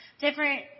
different